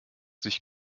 sich